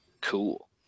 Cool